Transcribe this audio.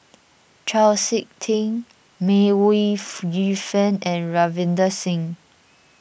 Chau Sik Ting May Ooi Yu Fen and Ravinder Singh